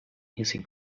hissing